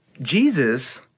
Jesus